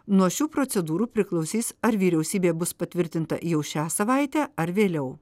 nuo šių procedūrų priklausys ar vyriausybė bus patvirtinta jau šią savaitę ar vėliau